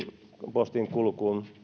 postin kulkuun